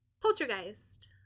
Poltergeist